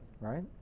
right